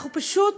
אנחנו פשוט